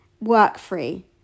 work-free